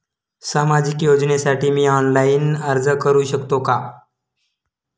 सामाजिक योजनेसाठी मी ऑनलाइन अर्ज करू शकतो का?